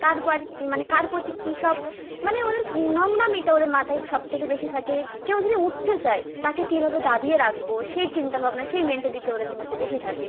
কার পর মানে কার প্রতি কী সব মানে ওদের নোংরামিটা ওদের মাথায় সব থেকে বেশি থাকে কেউ যদি উঠতে চায় তাকে কীভাবে দাবিয়ে রাখবো সেই চিন্তা ভাবনা সেই মেন্টালিটিটা ওদের মধ্যে বেশি থাকে